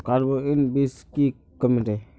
Carbine बीस की कमेर?